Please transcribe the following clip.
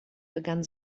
begann